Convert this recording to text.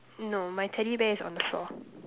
no my teddy bear is on the floor